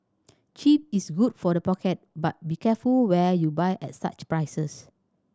cheap is good for the pocket but be careful where you buy at such prices